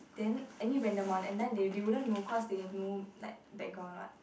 then any random one and then they wouldn't know cause they have no like background what